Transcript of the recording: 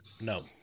No